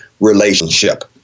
relationship